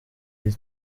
iri